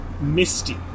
misty